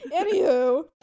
anywho